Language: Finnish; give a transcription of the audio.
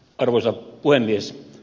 arvoisa puhemies